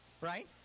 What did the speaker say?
right